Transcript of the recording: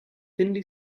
thinly